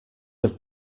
have